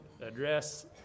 address